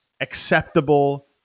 acceptable